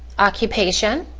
occupation.